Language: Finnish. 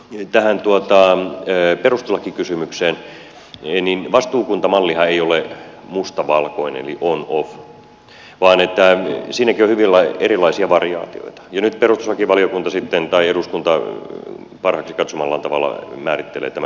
mitä tulee sitten tähän perustuslakikysymykseen niin vastuukuntamallihan ei ole mustavalkoinen eli onoff vaan siinäkin on hyvin erilaisia variaatioita ja nyt perustuslakivaliokunta tai eduskunta parhaaksi katsomallaan tavalla määrittelee tämän